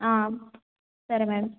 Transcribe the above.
ఆ సరే మేడం